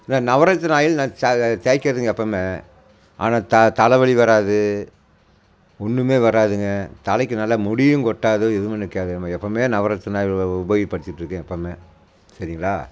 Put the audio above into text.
இந்த நவரத்தின ஆயில் நான் தேக்கிறதுங்க எப்பவுமே ஆனால் த தலைவலி வராது ஒன்றுமே வராதுங்க தலைக்கு நல்லா முடியும் கொட்டாது எதுவுமே நிற்காது நம்ம எப்பவுமே நவரத்தின ஆயில் உபயோகப்படுத்திகிட்டு இருக்கேன் எப்பவுமே சரிங்களா